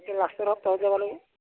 লাষ্টোৰ সপ্তাহত যাবা লাগিব